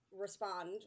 respond